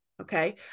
Okay